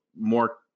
more